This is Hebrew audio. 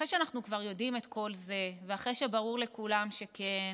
אחרי שאנחנו כבר יודעים את כל זה ואחרי שברור לכולם שכן,